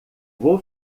vou